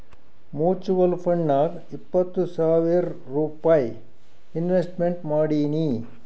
mutual ಫಂಡ್ನಾಗ್ ಇಪ್ಪತ್ತು ಸಾವಿರ್ ರೂಪೈ ಇನ್ವೆಸ್ಟ್ಮೆಂಟ್ ಮಾಡೀನಿ